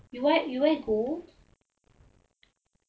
you want gold